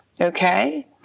okay